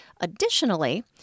Additionally